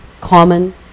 common